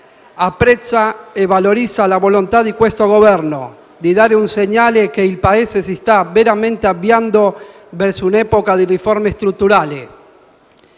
apprezza e valorizza la volontà del Governo di dare un segnale che il Paese si sta veramente avviando verso un'epoca di riforme strutturali.